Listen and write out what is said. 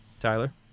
Tyler